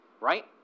right